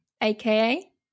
aka